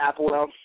Applewell